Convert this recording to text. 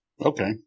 Okay